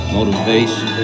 Motivation